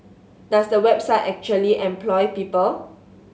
does the website actually employ people